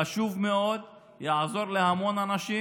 הוא חשוב מאוד ויעזור להמון אנשים,